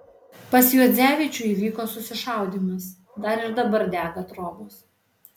pas juodzevičių įvyko susišaudymas dar ir dabar dega trobos